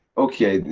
okay,